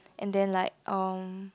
and then like um